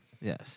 yes